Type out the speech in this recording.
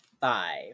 five